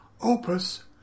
opus